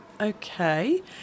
okay